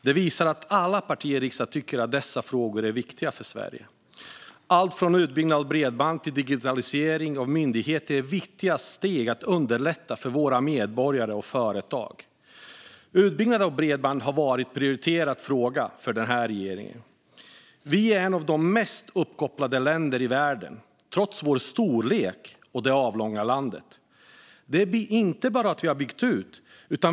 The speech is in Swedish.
Det visar att alla partier i riksdagen tycker att dessa frågor är viktiga för Sverige. Allt från utbyggnad av bredband till digitalisering av myndigheter är viktiga steg för att underlätta för våra medborgare och företag. Utbyggnad av bredband har varit en prioriterad fråga för den här regeringen. Sverige är ett av de mest uppkopplade länderna i världen, trots landets storlek och avlånga form.